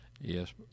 Yes